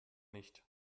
nicht